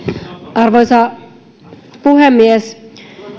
arvoisa puhemies